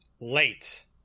Late